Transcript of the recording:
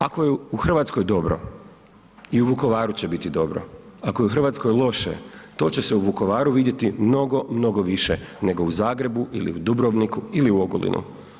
Ako je u Hrvatskoj dobro i u Vukovaru će biti dobro, ako je u Hrvatskoj loše to će se u Vukovaru vidjeti mnogo, mnogo više nego u Zagrebu ili u Dubrovniku ili u Ogulinu.